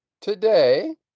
today